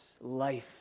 life